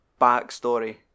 backstory